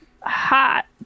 hot